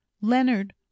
leonard